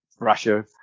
Russia